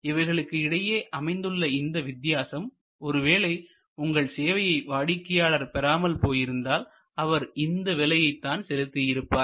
இவைகளுக்கு இடையே அமைந்துள்ள இந்த வித்தியாசம் ஒருவேளை உங்கள் சேவையை வாடிக்கையாளர்கள் பெறாமல் போயிருந்தால் அவர் இந்த விலையை தான் செலுத்தி இருப்பார்